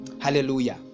Hallelujah